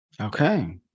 okay